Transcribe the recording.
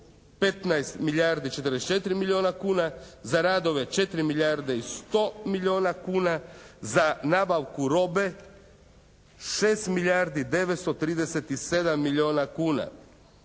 15 milijardi 44 milijona kuna, za radove 4 milijarde i 100 milijona kuna, za nabavku robe 6 milijardi 937 milijona kuna